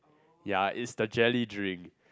ya is the jelly drink